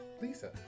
Lisa